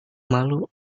malu